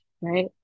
right